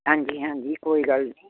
ਹਾਂਜੀ ਹਾਂਜੀ ਕੋਈ ਗੱਲ ਨੀ